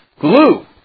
glue